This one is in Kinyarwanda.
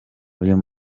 uyu